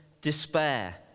despair